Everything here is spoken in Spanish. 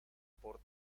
por